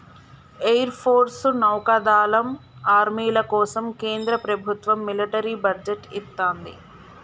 air force, నౌకాదళం, ఆర్మీల కోసం కేంద్ర ప్రభత్వం మిలిటరీ బడ్జెట్ ఇత్తంది